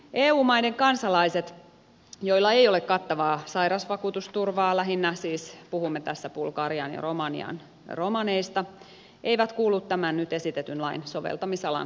eu maiden kansalaiset joilla ei ole kattavaa sairausvakuutusturvaa lähinnä siis puhumme tässä bulgarian ja romanian romaneista eivät kuulu tämän nyt esitetyn lain soveltamisalan piiriin